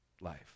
life